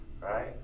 right